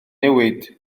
newid